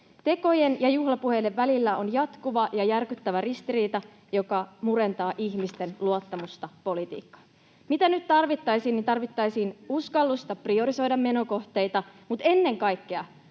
Tekojen ja juhlapuheiden välillä on jatkuva ja järkyttävä ristiriita, joka murentaa ihmisten luottamusta politiikkaan. Mitä nyt tarvittaisiin, niin tarvittaisiin uskallusta priorisoida menokohteita, mutta ennen kaikkea